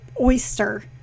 oyster